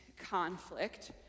conflict